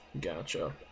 Gotcha